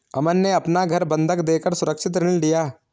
अमन ने अपना घर बंधक देकर सुरक्षित ऋण लिया